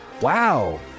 Wow